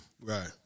Right